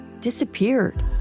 disappeared